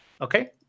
Okay